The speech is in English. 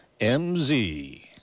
MZ